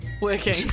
working